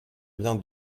bien